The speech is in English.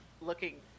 looking